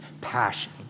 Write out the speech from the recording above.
passion